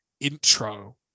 intro